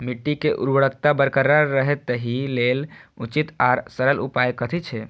मिट्टी के उर्वरकता बरकरार रहे ताहि लेल उचित आर सरल उपाय कथी छे?